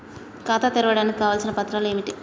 ఖాతా తెరవడానికి కావలసిన పత్రాలు ఏమిటి?